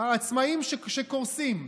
העצמאים שקורסים,